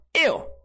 ew